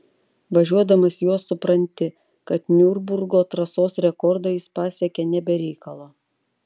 važiuodamas juo supranti kad niurburgo trasos rekordą jis pasiekė ne be reikalo